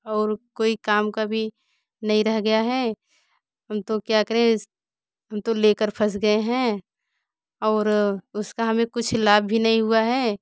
और कोई काम का भी नहीं रह गया हैं हम तो क्या करें हम तो ले कर फस गए हैं और उसका हमें कुछ लाभ भी नहीं हुआ है